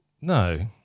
No